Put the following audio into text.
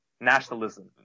nationalism